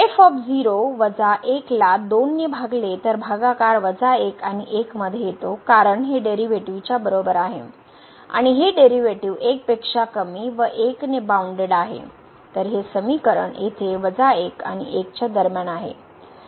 f वजा 1 ला 2 ने भागले तर भागाकार 1 आणि 1 मध्ये येतो कारण हे डेरीवेटीवच्या बरोबर आहे आणि हे डेरीवेटीव 1 पेक्षा कमी व 1 ने बाउनडेड आहे तर हे समीकरण येथे 1 आणि 1 दरम्यान आहे